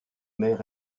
mer